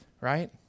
right